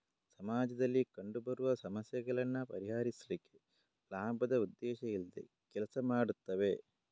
ಸಮಾಜದಲ್ಲಿ ಕಂಡು ಬರುವ ಸಮಸ್ಯೆಗಳನ್ನ ಪರಿಹರಿಸ್ಲಿಕ್ಕೆ ಲಾಭದ ಉದ್ದೇಶ ಇಲ್ದೆ ಕೆಲಸ ಮಾಡ್ತವೆ